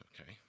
okay